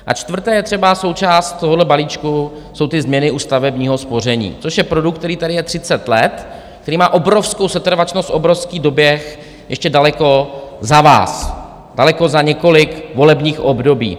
A čtvrté je třeba součást tohohle balíčku, jsou ty změny už stavebního spoření, což je produkt, který tady je 30 let, který má obrovskou setrvačnost, obrovský doběh ještě daleko za vás, daleko za několik volebních období.